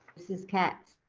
ms. kat